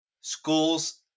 schools